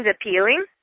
appealing